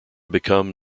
become